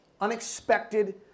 unexpected